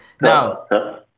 Now